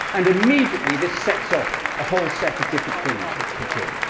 and immediately, this sets off a whole set of different things that kick in.